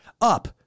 up